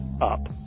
up